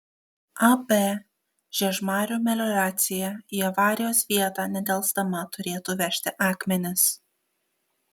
ab žiežmarių melioracija į avarijos vietą nedelsdama turėtų vežti akmenis